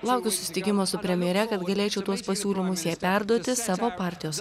laukiu susitikimo su premjere kad galėčiau tuos pasiūlymus jie perduoti savo partijos